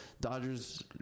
Dodgers